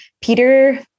Peter